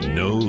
no